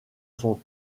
son